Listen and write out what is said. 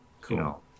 Cool